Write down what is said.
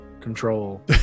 Control